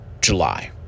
July